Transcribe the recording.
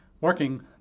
working